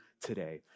today